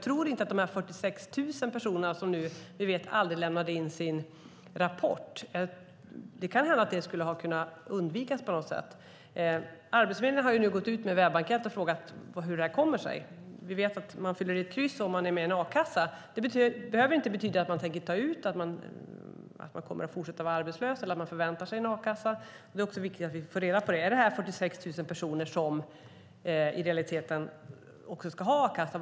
När det gäller de 46 000 personer som aldrig lämnade in sina rapporter kan det hända att det hade kunnat undvikas på något sätt. Arbetsförmedlingen har nu gått ut med en webbenkät för att fråga hur det kommer sig. Vi vet att man fyller i ett kryss om man är med i en a-kassa, men det behöver inte betyda att man tänker ta ut ersättning, att man kommer att fortsätta vara arbetslös eller att man förväntar sig a-kasseersättning. Det är viktigt att vi får reda på det: Är det 46 000 personer som i realiteten ska ha a-kassa?